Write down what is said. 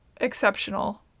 exceptional